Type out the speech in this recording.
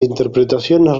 interpretaciones